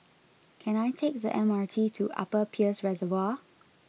can I take the M R T to Upper Peirce Reservoir